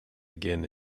again